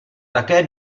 také